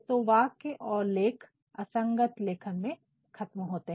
तो वाक्य और लेख एक असंगत लेखन में खत्म होते हैं